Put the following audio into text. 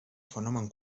fenomen